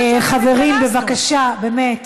חברים, בבקשה, באמת,